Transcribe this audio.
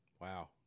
Wow